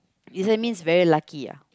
isn't means very lucky ah